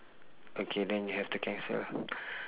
okay then you have to cancel